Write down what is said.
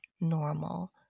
normal